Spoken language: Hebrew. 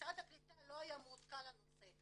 משרד הקליטה לא היה מעודכן על הנושא.